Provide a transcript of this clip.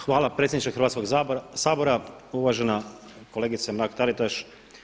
Hvala predsjedniče Hrvatskog sabora, uvažena kolegice Mrak Taritaš.